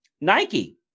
Nike